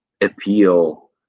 appeal